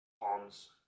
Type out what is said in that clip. Palms